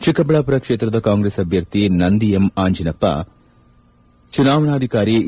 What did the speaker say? ಚಿಕ್ಕಬಳ್ಳಾಪುರ ಕ್ಷೇತ್ರದ ಕಾಂಗ್ರೆಸ್ ಅಭ್ಯರ್ಥಿ ನಂದಿ ಎಂ ಅಂಜಿನಪ್ಪ ಚುನಾವಣಾಧಿಕಾರಿ ಎ